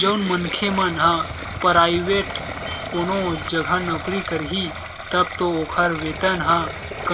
जउन मनखे मन ह पराइवेंट कोनो जघा नौकरी करही तब तो ओखर वेतन ह